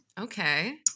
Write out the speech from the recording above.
Okay